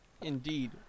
Indeed